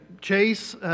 Chase